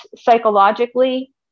psychologically